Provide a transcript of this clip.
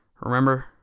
remember